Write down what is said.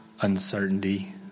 uncertainty